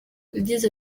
yagize